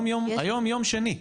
היום יום שני.